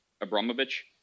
Abramovich